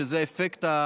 את האפקט,